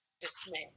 dismiss